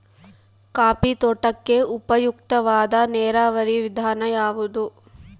Coffee ತೋಟಕ್ಕೆ ಉಪಯುಕ್ತವಾದ ನೇರಾವರಿ ವಿಧಾನ ಯಾವುದು?